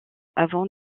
avant